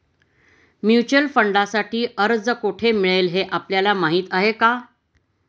Mutual फंडांसाठी अर्ज कोठे मिळेल हे आपल्याला माहीत आहे का?